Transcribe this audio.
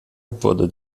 wurde